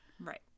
right